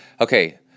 Okay